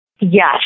Yes